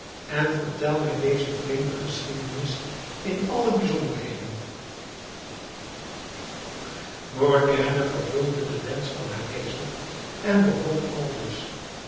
en vertel mij deze vreemde geschiedenis in alle bijzonderheden morgiane vervulde den wensch van haar meester en begon aldus